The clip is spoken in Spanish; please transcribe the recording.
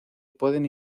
pueden